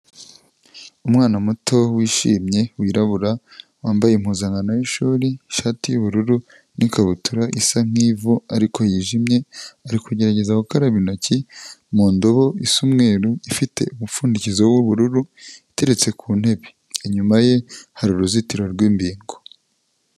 Umwana muto wishimye, wirabura, wambaye impuzankano y'ishuri, ishati y'ubururu, n'ikabutura isa nkivu ariko yijimye, ari kugerageza gukaraba intoki mu ndobo isa umweru, ifite umupfundikizo w'ubururu, iteretse ku ntebe, inyuma ye hari uruzitiro rw'imbingo.